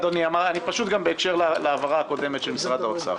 בהקשר להעברה הקודמת של משרד האוצר.